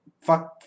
fuck